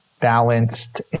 balanced